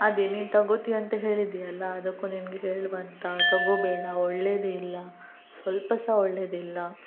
ಅದೇ ನೀನು ತೊಗೋತೀಯ ಅಂತ ಹೇಳಿದ್ದೀಯಲ್ಲ ಅದಕ್ಕೆ ನಿನ್ಗೆ ಹೇಳುವ ಅಂತ ತೊಗೋಬೇಡ ಒಳ್ಳೆಯದೇ ಇಲ್ಲ ಸ್ವಲ್ಪ ಸಹ ಒಳ್ಳೆಯದಿಲ್ಲ